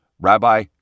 Rabbi